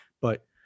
But-